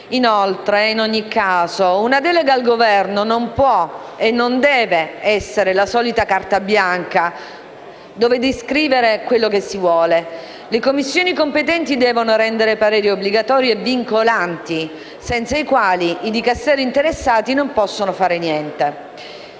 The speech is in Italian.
Inoltre, in ogni caso, una delega al Governo non può e non deve essere la solita carta bianca dove scrivere quello che si vuole. Le Commissioni competenti devono rendere pareri obbligatori e vincolanti, senza i quali i Dicasteri interessati non possono fare niente.